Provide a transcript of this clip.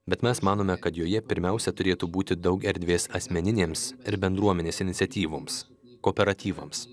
bet mes manome kad joje pirmiausia turėtų būti daug erdvės asmeninėms ir bendruomenės iniciatyvoms kooperatyvams